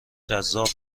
جذاب